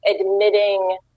admitting